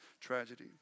tragedy